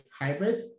hybrid